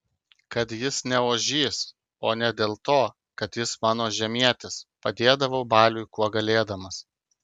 kad jis ne ožys o ne dėl to kad jis mano žemietis padėdavau baliui kuo galėdamas